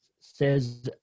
says